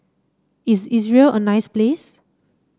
is Israel a nice place